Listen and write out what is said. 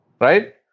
Right